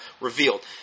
revealed